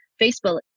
Facebook